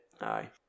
Aye